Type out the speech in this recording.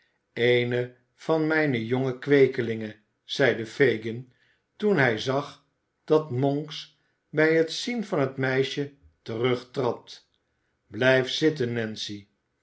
eene van mijne jonge kweekelingen zeide fagin toen hij zag dat monks bij het zien van het meisje terugtrad blijf zitten nancy